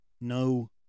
No